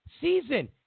season